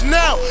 now